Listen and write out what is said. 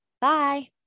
Bye